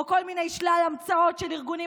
או כל מיני שלל המצאות של ארגונים